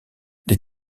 les